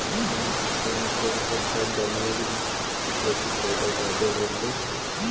कौन फसल मे कौन सा खाध डलियय जे की पैदा जादे होतय?